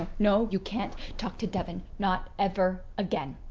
no, you can't talk to devon, not ever again.